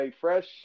Fresh